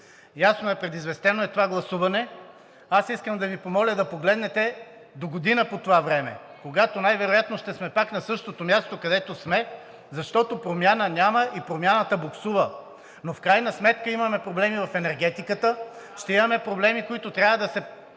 Ясно е, предизвестено е това гласуване, но искам да Ви помоля да погледнете догодина по това време, когато най-вероятно ще сме пак на същото място, където сме, защото промяна няма и промяната боксува. В крайна сметка имаме проблеми в енергетиката. Ще имаме проблеми, от които трябва да се